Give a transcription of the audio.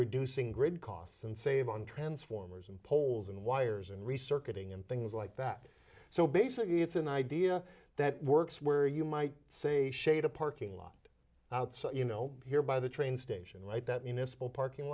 reducing grid costs and save on transformers and poles and wires and research getting and things like that so basically it's an idea that works where you might say shade a parking lot out so you know here by the train station right that municipal parking